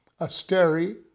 asteri